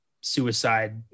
suicide